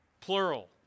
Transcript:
plural